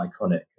iconic